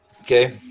okay